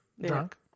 drunk